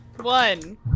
One